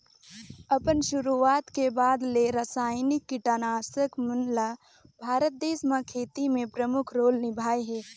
अपन शुरुआत के बाद ले रसायनिक कीटनाशक मन ल भारत देश म खेती में प्रमुख रोल निभाए हे